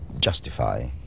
justify